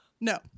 No